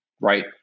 right